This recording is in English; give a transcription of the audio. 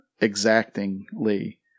exactingly